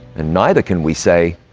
and neither can we say,